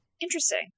Interesting